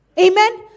Amen